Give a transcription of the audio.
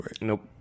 nope